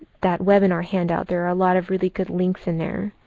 that webinar handout. there are a lot of really good links in there.